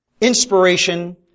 inspiration